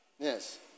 yes